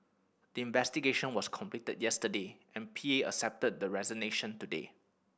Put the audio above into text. the investigation was completed yesterday and P A accepted the resignation today